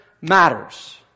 matters